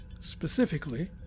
specifically